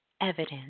evidence